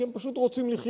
כי הם פשוט רוצים לחיות.